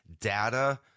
data